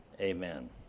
Amen